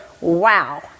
wow